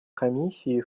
комиссии